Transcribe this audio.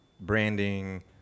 branding